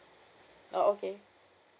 oh okay